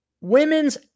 women's